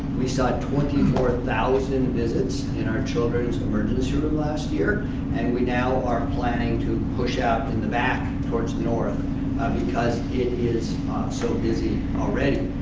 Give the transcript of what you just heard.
we saw twenty four thousand visits in our children's emergency room last year and we now are planning to push out in the back towards north because it is so busy already.